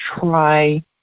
try